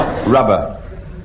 Rubber